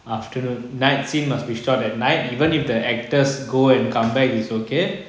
afternoon night scene must be shot at night even if the actors go and come back it's okay